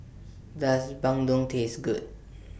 Does Bandung Taste Good